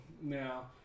now